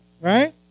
right